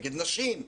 נגד נשים,